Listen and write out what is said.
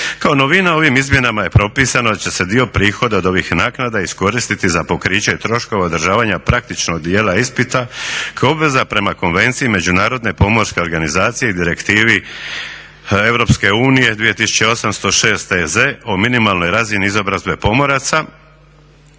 Kao novina ovim izmjenama je propisano da će se dio prihoda od ovih naknada iskoristiti za pokriće troškova održavanja praktičnog dijela ispita kao obveza prema Konvenciji međunarodne pomorske organizacije i Direktivi EU 2806 EZ o minimalnoj razini izobrazbe pomoraca